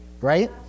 right